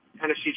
Tennessee